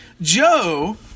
Joe